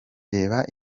reba